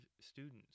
students